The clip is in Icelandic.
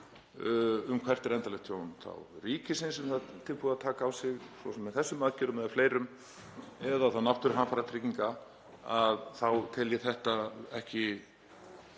um hvert verði endanlegt tjón ríkisins sem það er tilbúið að taka á sig, svo sem með þessum aðgerðum eða fleirum, eða þá náttúruhamfaratrygginga, þá tel ég þetta ekki